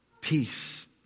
peace